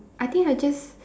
I think I just